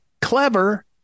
clever